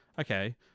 okay